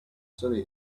surrey